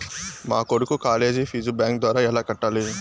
మా కొడుకు college fees bank ద్వారా ఎలా కట్టాలి?